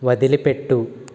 వదిలిపెట్టు